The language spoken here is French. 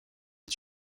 est